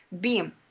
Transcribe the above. beam